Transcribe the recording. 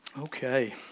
Okay